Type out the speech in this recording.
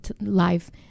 life